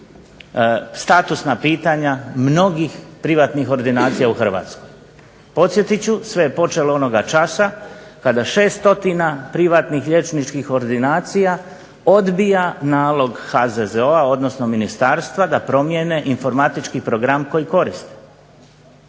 statusna pitanja mnogih privatnih ordinacija u Hrvatskoj. Podsjetit ću, sve je počelo onoga časa kada 6 stotina privatnih liječničkih ordinacija odbija nalog HZZO-a, odnosno ministarstva da promijene informatički program koji koriste.